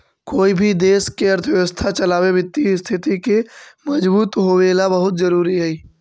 कोई भी देश के अर्थव्यवस्था चलावे वित्तीय स्थिति के मजबूत होवेला बहुत जरूरी हइ